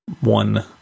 one